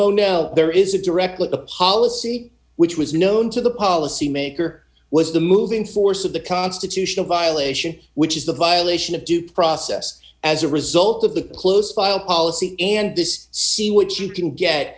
mono there is a direct link a policy which was known to the policy maker was the moving force of the constitutional violation which is the violation of due process as a result of the close file policy and this see which you can get